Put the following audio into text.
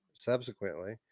subsequently